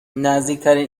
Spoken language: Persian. نزدیکترین